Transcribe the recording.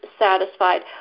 satisfied